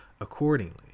accordingly